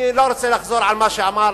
אני לא רוצה לחזור על מה שאמר